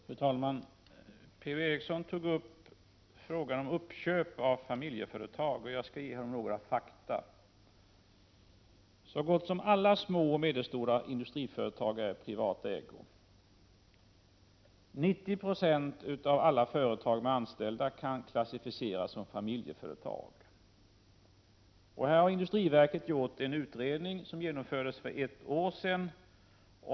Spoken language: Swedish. Prot. 1987/88:34 Fru talman! Per-Ola Eriksson tog upp frågan om uppköp av familjeföre 30 november 1987 tag. Jag skall ge honom några fakta. é påle åtgärder för att Så gott som alla små och medelstora industriföretag är i privat ägo. 90 96 av ER RAG a rs alla företag med anställda kan klassificeras som familjeföretag. dö J E Industriverket gjorde en utredning för ett år sedan.